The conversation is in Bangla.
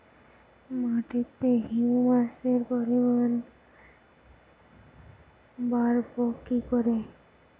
মাটিতে হিউমাসের পরিমাণ বারবো কি করে?